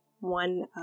one